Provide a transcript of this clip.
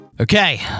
Okay